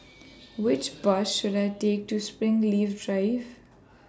Which Bus should I Take to Springleaf Drive